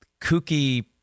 kooky